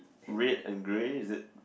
red and grey is it